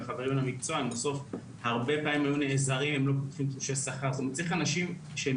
בסוף הרבה פעמים היו נעזרים --- צריך אנשים שהם